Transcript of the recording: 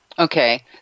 Okay